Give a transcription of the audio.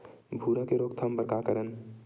भूरा के रोकथाम बर का करन?